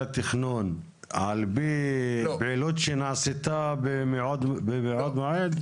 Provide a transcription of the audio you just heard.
התכנון על פי פעילות שנעשתה מבעוד מועד?